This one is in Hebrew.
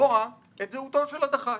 לקבוע את זהותו של הדח"צ.